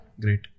Great